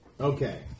Okay